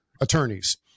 attorneys